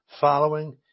following